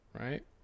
Right